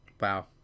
Wow